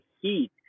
Heat